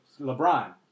LeBron